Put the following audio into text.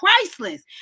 priceless